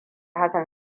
hakan